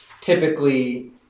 typically